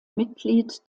mitglied